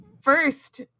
first